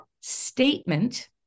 statement